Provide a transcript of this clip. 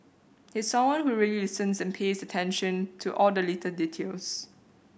he's someone who really listens and pays attention to all the little details